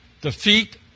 defeat